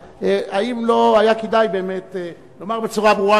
האם לא היה כדאי באמת לומר בצורה ברורה,